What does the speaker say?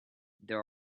there